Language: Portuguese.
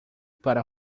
para